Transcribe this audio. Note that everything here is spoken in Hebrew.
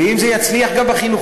ואם זה יצליח גם בחינוכית,